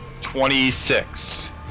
Twenty-six